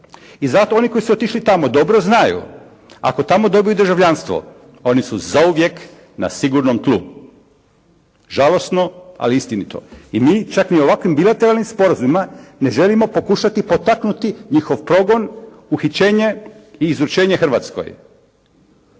I zato oni koji su otišli tamo dobro znaju ako tamo dobiju državljanstvo oni su zauvijek na sigurnom tlu. Žalosno ali istinito. I mi čak ni ovakvim bilateralnim sporazumima ne želimo pokušati potaknuti njihov progon, uhićenje i izručenje Hrvatskoj.